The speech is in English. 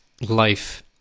life